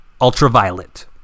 ultraviolet